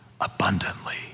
abundantly